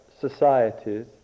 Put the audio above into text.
societies